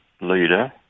leader